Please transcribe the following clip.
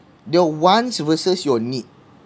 your wants versus your need